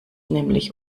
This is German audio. nämlich